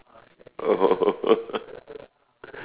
oh